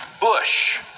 bush